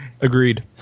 agreed